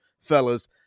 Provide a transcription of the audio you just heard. fellas